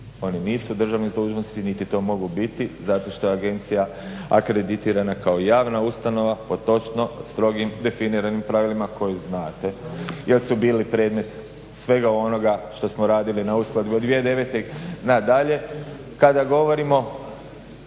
oni nisu državni dužnosnici niti to mogu biti zato što je agencija akreditirana kao javna ustanova pod točno strogim definiranim pravilima koje znate jer su bili predmet svega onoga što smo radili na uskladbi od 2009. nadalje. Kada govorimo